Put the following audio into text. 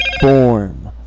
form